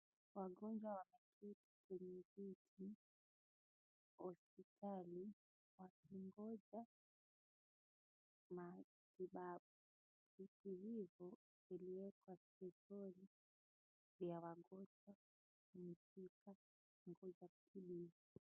Wagonjwa wameketi kwenye viti hospitali wakingoja matibabu . Viti hivyo viliwekwa ukingoni vya wangoja kupumzika kungoja kutibiwa.